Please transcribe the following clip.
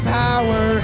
power